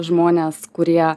žmones kurie